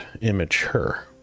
immature